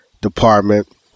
department